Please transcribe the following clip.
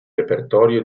repertorio